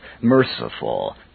merciful